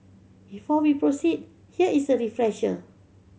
before we proceed here is a refresher